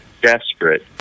desperate